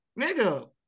nigga